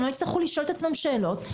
הם לא יצטרכו לשאול את עצמם שאלות,